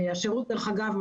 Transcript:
דרך אגב,